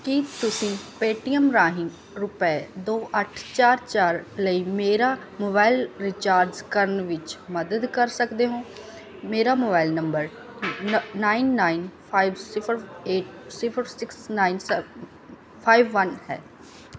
ਕੀ ਤੁਸੀਂ ਪੇਟੀਐੱਮ ਰਾਹੀਂ ਰੁਪਏ ਦੋ ਅੱਠ ਚਾਰ ਚਾਰ ਲਈ ਮੇਰਾ ਮੋਬਾਈਲ ਰੀਚਾਰਜ ਕਰਨ ਵਿੱਚ ਮਦਦ ਕਰ ਸਕਦੇ ਹੋ ਮੇਰਾ mobile number nine nine five ਸਿਫਰ ਏਟ ਸਿਫਰ six nine seven five one ਹੈ